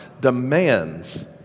demands